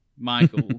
michael